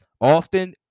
Often